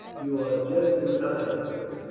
you are just in time, beric,